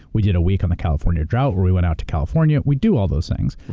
we did a week on the california drought, where we went out to california. we do all those things.